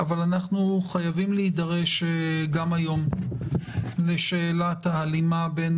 אבל אנחנו חייבים להידרש היום גם לשאלת ההלימה בין